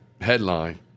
headline